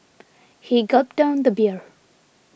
he gulped down the beer